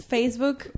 Facebook